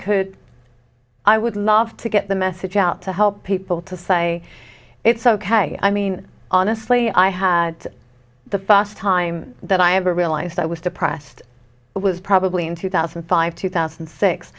could i would love to get the message out to help people to say it's ok i mean honestly i had the fast time that i ever realized i was depressed it was probably in two thousand and five two thousand